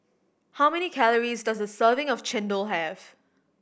how many calories does a serving of chendol have